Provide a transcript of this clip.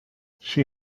she